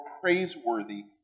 praiseworthy